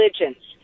religions